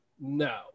no